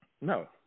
No